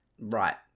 Right